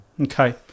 Okay